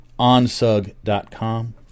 OnSug.com